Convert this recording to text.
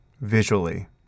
visually